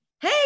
hey